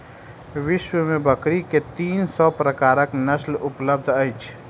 विश्व में बकरी के तीन सौ प्रकारक नस्ल उपलब्ध अछि